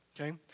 okay